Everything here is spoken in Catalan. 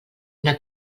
una